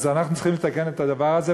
אז אנחנו צריכים לתקן את הדבר הזה.